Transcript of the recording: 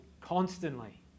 constantly